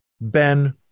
Ben